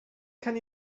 can